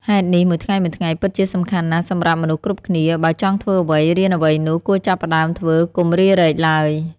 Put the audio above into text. ហេតុនេះ មួយថ្ងៃៗពិតជាសំខាន់ណាស់សម្រាប់មនុស្សគ្រប់គ្នា បើចង់ធ្វើអ្វី រៀនអ្វីនោះ គួរចាប់ផ្ដើមធ្វើ កុំរារែកឡើយ។